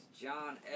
John